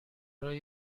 برای